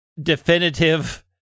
definitive